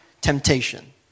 temptation